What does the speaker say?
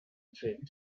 trip